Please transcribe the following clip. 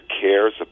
cares